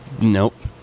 Nope